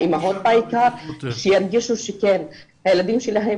לאימהות בעיקר שירגישו שכן הילדים שלהם